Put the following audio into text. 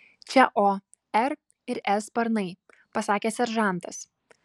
čia o r ir s sparnai pasakė seržantas